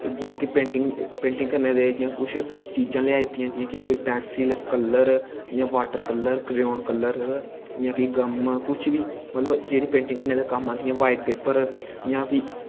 जियां जियां कि पेंटिंग करने दे कुश चीजां लेआई दित्तियां जियां कि पैंसिल कल्लर जियां बॉटर कलर क्रियान कल्लर जियां कि गम कुश बी मतलव जेह्ड़ी पेंटिंग करने दे कम्म आंदियां बाईट पेपर जियां कि